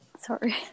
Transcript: Sorry